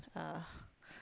uh